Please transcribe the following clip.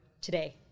today